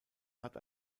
hat